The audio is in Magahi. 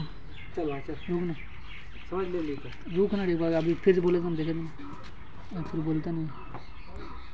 मोक एचडीएफसी बैंकेर सबला ब्याज दर जानना छ